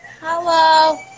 Hello